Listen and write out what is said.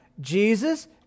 Jesus